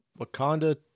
Wakanda